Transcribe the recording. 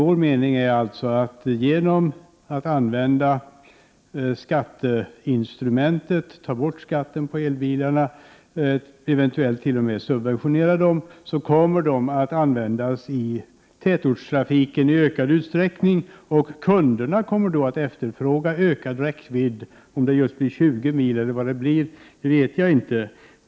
Vår mening är alltså att om vi använder skatteinstrumentet, om vi tar bort skatten på elbilarna och eventuellt t.o.m. subventionerar dem, kommer de att användas i tätortstrafiken i ökad utsträckning. Då kommer kunderna också att efterfråga ökad räckvidd; om det blir just 20 mil vet jag inte.